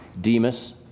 Demas